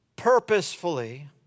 purposefully